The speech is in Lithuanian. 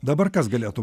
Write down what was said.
dabar kas galėtų